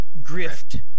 grift